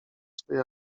swoje